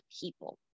people